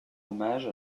hommage